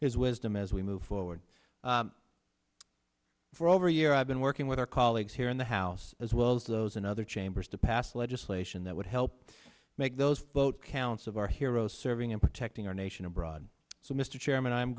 his wisdom as we move forward for over a year i've been working with our colleagues here in the house as well as those and other chambers to pass legislation that would help make those vote counts of our hero serving and protecting our nation abroad so mr chairman i'm